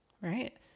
Right